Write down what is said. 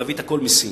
להביא את הכול מסין,